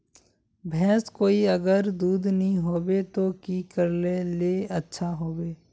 भैंस कोई अगर दूध नि होबे तो की करले ले अच्छा होवे?